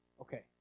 Okay